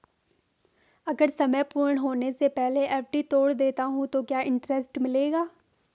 अगर समय पूर्ण होने से पहले एफ.डी तोड़ देता हूँ तो क्या इंट्रेस्ट मिलेगा?